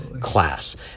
class